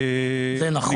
זה נכון?